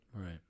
right